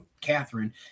Catherine